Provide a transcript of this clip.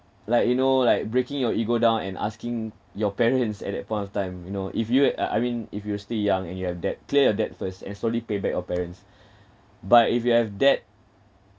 like you know like breaking your ego down and asking your parents at that point of time you know if you at uh I mean if you were still young and you have debt clear debt first and slowly pay back your parents but if you have debt